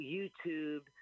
YouTube